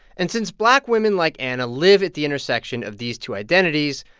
and since black women like anna live at the intersection of these two identities,